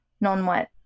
non-white